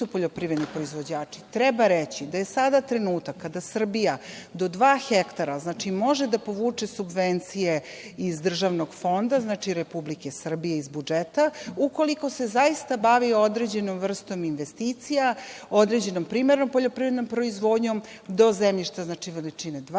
poljoprivredni proizvođači treba reći da je sada trenutak kada Srbija do dva hektara može da povuče subvencije iz državnog fonda, znači, Republike Srbije iz budžeta, ukoliko se zaista bavi određenom vrstom investicija, određenom primarnom poljoprivrednom proizvodnjom do zemljišta, znači, veličine